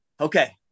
okay